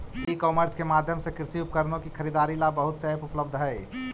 ई commerce के माध्यम से कृषि उपकरणों की खरीदारी ला बहुत से ऐप उपलब्ध हई